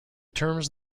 terms